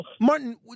Martin